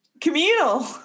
communal